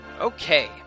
Okay